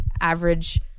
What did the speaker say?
average